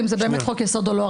האם זה באמת חוק יסוד או לא.